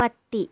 പട്ടി